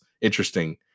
interesting